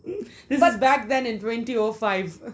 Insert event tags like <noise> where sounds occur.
<coughs> because back then in twenty O five